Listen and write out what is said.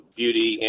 beauty